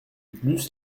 plus